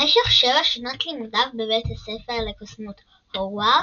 במשך שבע שנות לימודיו בבית הספר לקוסמות הוגוורטס,